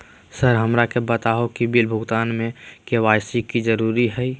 Sir हमरा के बताओ कि बिल भुगतान में के.वाई.सी जरूरी हाई?